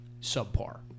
subpar